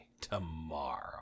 tomorrow